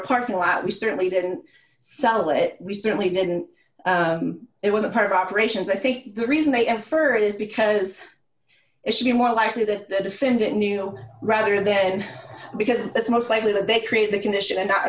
parking lot we certainly didn't sell it we certainly didn't it was a part of operations i think the reason they infer it is because it should be more likely that the defendant knew rather then because it's most likely that they create the condition and not